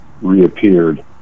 reappeared